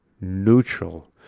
neutral